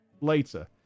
later